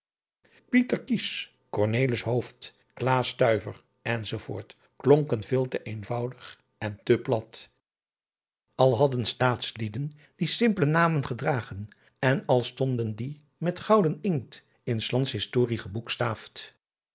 enz klonken veel te eenvoudig en te plat al hadden staatslieden die simpele namen gedragen en al stonden die met gouden inkt in s lands historie